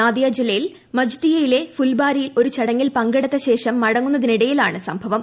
നാദിയ ജില്ലയിൽ മജ്ദിയയിലെ ഫുൽബാരിയിൽ ഒരു ചടങ്ങിൽ പങ്കെടുത്തശേഷം മടങ്ങുന്നതിനിടെയാണ് സംഭവം